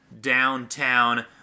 downtown